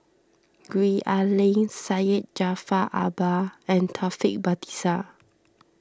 Gwee Ah Leng Syed Jaafar Albar and Taufik Batisah